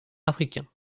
africains